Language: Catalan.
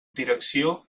direcció